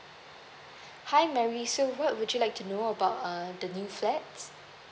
hi mary so what would you like to know about um the new flats